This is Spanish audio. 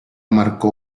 marcó